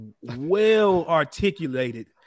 well-articulated